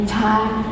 time